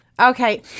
Okay